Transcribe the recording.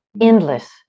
endless